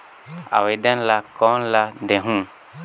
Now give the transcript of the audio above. आवेदन ला कोन ला देहुं?